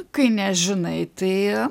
kai nežinai tai